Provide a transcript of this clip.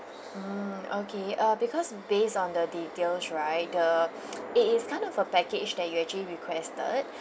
mm okay uh because based on the details right the it is kind of a package that you actually requested